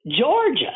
Georgia